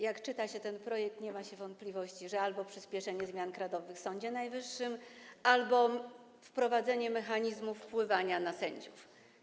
Jak czyta się ten projekt, nie ma się wątpliwości, że albo przyspieszenie zmian kadrowych w Sądzie Najwyższym, albo wprowadzenie mechanizmów wpływania na sędziów.